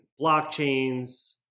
blockchains